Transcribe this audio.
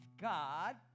God